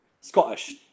Scottish